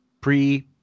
pre